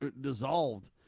dissolved